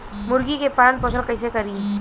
मुर्गी के पालन पोषण कैसे करी?